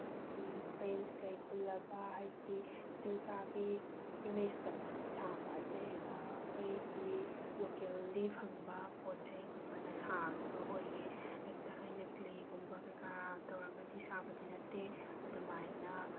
ꯑꯩꯒꯤ ꯐ꯭ꯔꯦꯟꯗꯁꯀꯩ ꯄꯨꯜꯂꯒ ꯍꯥꯏꯗꯤ ꯗꯨꯔꯒꯥꯒꯤ ꯏꯃꯦꯖꯇꯣ ꯁꯥꯕ ꯑꯗꯩ ꯑꯩꯈꯣꯏꯒꯤ ꯂꯣꯀꯦꯜꯂꯤ ꯐꯪꯕ ꯄꯣꯠꯆꯩꯒꯨꯝꯕꯅ ꯁꯥꯒꯤꯕ ꯑꯣꯏꯌꯦ ꯍꯦꯛꯇ ꯑꯩꯅ ꯀ꯭ꯂꯦꯒꯨꯝꯕ ꯀꯩꯀꯥ ꯇꯧꯔꯒꯗꯤ ꯁꯥꯕꯗꯤ ꯅꯠꯇꯦ ꯑꯗꯨꯃꯥꯏꯅ